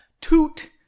toot